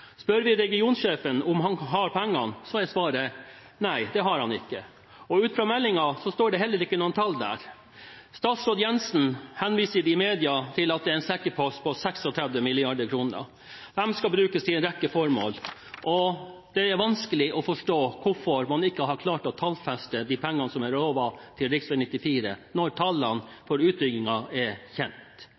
Spør vi regionsjefen om han har pengene, er svaret at nei, det har han ikke. I meldingen står det heller ikke noe tall. Statsråd Jensen henviser i media til at det er en sekkepost på 36 mrd. kr. De skal brukes til en rekke formål. Det er vanskelig å forstå hvorfor man ikke har klart å tallfeste pengene som er lovet til rv. 94, når tallene for utbyggingen er kjent.